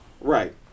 Right